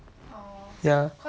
ya